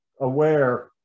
aware